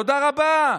תודה רבה.